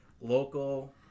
local